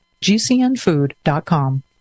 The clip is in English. gcnfood.com